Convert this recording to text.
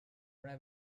una